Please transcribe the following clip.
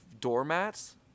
doormats